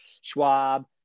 Schwab